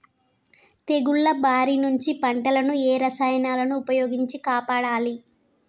తెగుళ్ల బారి నుంచి పంటలను ఏ రసాయనాలను ఉపయోగించి కాపాడాలి?